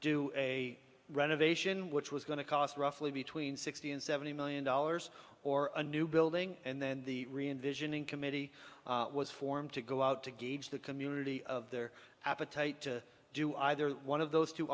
do a renovation which was going to cost roughly between sixty and seventy million dollars or a new building and then the vision in committee was formed to go out to gauge the community of their appetite to do either one of those two